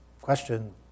question